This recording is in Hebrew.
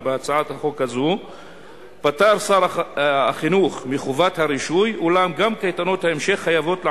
של מפקחים שסיירו בקייטנות עולה כי קייטנות רבות לא